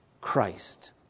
Christ